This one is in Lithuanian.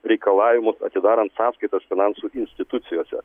reikalavimus atsidarant sąskaitas finansų institucijose